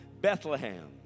Bethlehem